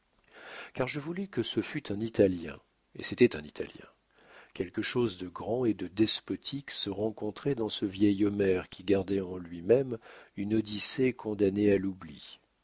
car je voulais que ce fût un italien et c'était un italien quelque chose de grand et de despotique se rencontrait dans ce vieil homère qui gardait en lui-même une odyssée condamnée à l'oubli